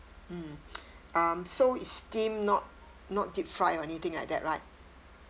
mm um so it's steamed not not deep fried or anything like that right